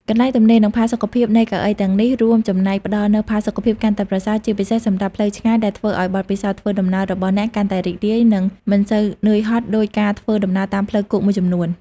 កន្លែងទំនេរ និងផាសុកភាពនៃកៅអីទាំងនេះរួមចំណែកផ្ដល់នូវ ផាសុកភាពកាន់តែប្រសើរ ជាពិសេសសម្រាប់ផ្លូវឆ្ងាយ ដែលធ្វើឱ្យបទពិសោធន៍ធ្វើដំណើររបស់អ្នកកាន់តែរីករាយ និងមិនសូវនឿយហត់ដូចការធ្វើដំណើរតាមផ្លូវគោកមួយចំនួន។